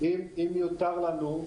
אם יותר לנו,